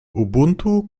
ubuntu